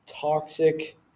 toxic